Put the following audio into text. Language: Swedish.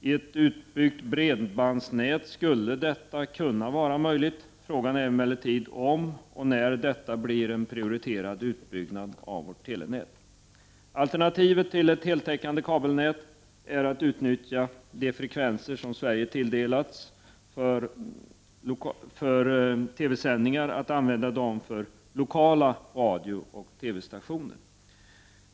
I ett utbyggt bredbandsnät skulle detta kunna vara möjligt. Frågan är emellertid om och när detta blir en prioriterad utbyggnad av vårt telenät. Alternativet till ett heltäckande kabelnät är att låta lokala radiooch TV-stationer utnyttja de frekvenser som Sverige tilldelats för TV-sändningar.